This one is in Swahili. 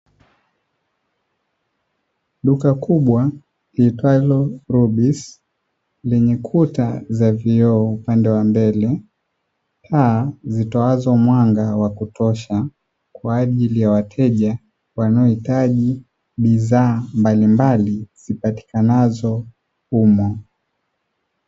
Duka kubwa liitwalo "LOBLISI", lenye kuta za vioo upande wa mbele, taa zitaozo mwanga wa kutosha kwa ajili ya wateja wanaohitaji bidhaa mbalimbali zipatikanazo humo.